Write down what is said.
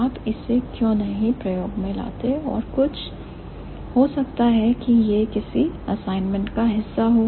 आप इसे क्यों नहीं प्रयोग में लाते और कुछ हो सकता है कि यह किसी असाइनमेंट का हिस्सा हो